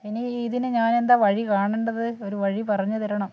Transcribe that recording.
ഇനി ഇതിന് ഞാനെന്താണ് വഴി കാണേണ്ടത് ഒരു വഴി പറഞ്ഞു തരണം